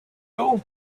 you